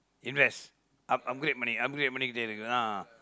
invest up~ upgrade money upgrade பண்ணிக்கிட்டே இருக்குறது:pannikkitdee irukkurathu ah